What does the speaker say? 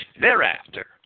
Thereafter